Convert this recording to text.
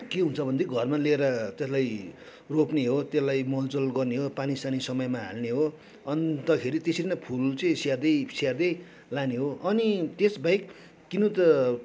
के हुन्छ भनेदेखि घरमा लिएर त्यसलाई रोप्ने हो त्यसलाई मलजल गर्ने हो पानीसानी समयमा हाल्ने हो अन्तखेरि त्यसरी नै फुल चाहिँ स्याहार्दै स्याहार्दै लाने हो अनि त्यसबाहेक किन्नु त